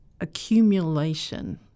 accumulation